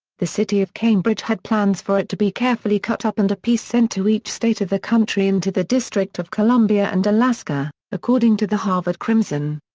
the city of cambridge had plans for it to be carefully cut up and a piece sent to each state of the country and to the district of columbia and alaska, according to the harvard crimson.